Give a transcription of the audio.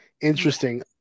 Interesting